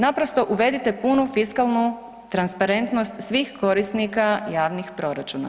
Naprosto uvedite punu fiskalnu transparentnost svih korisnika javnih proračuna.